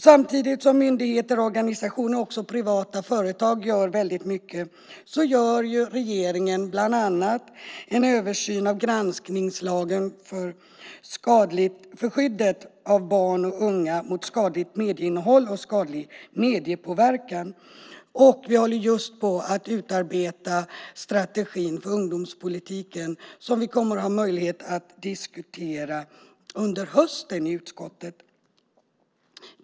Samtidigt som myndigheter, organisationer och privata företag gör mycket gör regeringen bland annat en översyn av granskningslagen för skyddet av barn och unga mot skadligt medieinnehåll och skadlig mediepåverkan. Vi håller just på att utarbeta strategin för ungdomspolitiken som vi kommer att ha möjlighet att diskutera i utskottet under hösten.